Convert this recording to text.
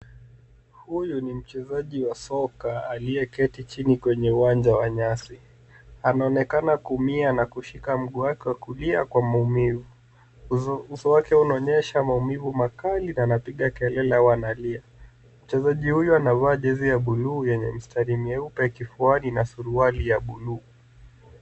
Huyu ni mchezaji wa soka, aliyeketi chini kwenye uwanja wa nyasi. Anaonekana kuumia na kushika mguu wake wa kulia kwa maumivu. Uso wake unaonyesha maumivu makali, na anapiga kelele au analia. Mchezaji huyu anavaa jezi ya blue yenye mistari myeupe kifuani, na suruali ya blue .